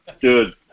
good